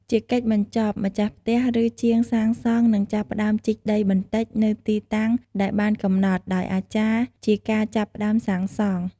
ជាកិច្ចបញ្ចប់ ម្ចាស់ផ្ទះ ឬ ជាងសាងសង់ នឹងចាប់ផ្តើមជីកដីបន្តិចនៅទីតាំងដែលបានកំណត់ដោយអាចារ្យ ជាការចាប់ផ្តើមសាងសង់។